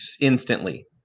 instantly